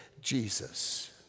Jesus